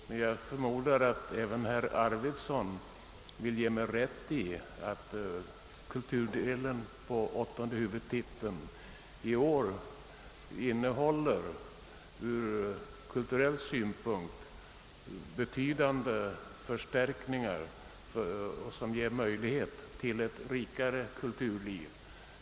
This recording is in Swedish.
Men jag förmodar att även herr Arvidson vill ge mig rätt i att kulturdelen av åttonde huvudtiteln i år innehåller betydande förstärkningar, som skapar möjligheter för ett rikare kulturliv.